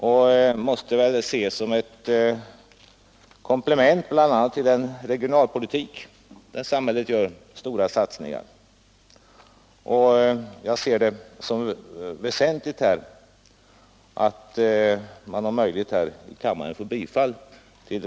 Det måste väl ses som ett komplement bl.a. till den regionalpolitik som samhället gör stora satsningar på. Ett bifall till reservationen 1 anser jag vara väsentligt.